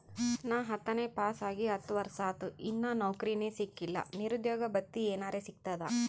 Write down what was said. ನಾ ಹತ್ತನೇ ಪಾಸ್ ಆಗಿ ಹತ್ತ ವರ್ಸಾತು, ಇನ್ನಾ ನೌಕ್ರಿನೆ ಸಿಕಿಲ್ಲ, ನಿರುದ್ಯೋಗ ಭತ್ತಿ ಎನೆರೆ ಸಿಗ್ತದಾ?